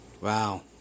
Wow